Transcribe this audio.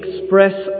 express